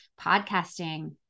podcasting